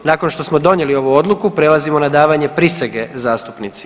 Nakon što smo donijeli ovu odluku prelazimo na davanje prisege zastupnici.